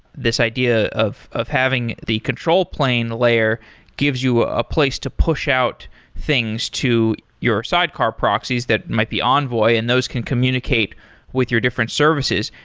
this idea of of having the control plane layer gives you a place to push out things to your sidecar proxies, that might be envoy, and those can communicate with your different services.